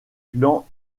clan